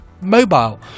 Mobile